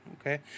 okay